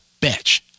bitch